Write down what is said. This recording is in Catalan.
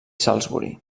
salisbury